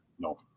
No